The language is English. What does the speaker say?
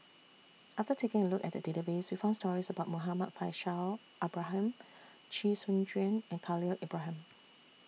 after taking A Look At The Database We found stories about Muhammad Faishal Ibrahim Chee Soon Juan and Khalil Ibrahim